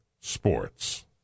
Sports